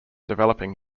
developing